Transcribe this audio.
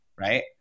right